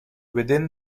within